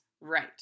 right